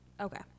Okay